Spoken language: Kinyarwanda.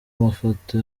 mafoto